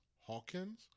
Hawkins